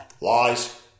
Lies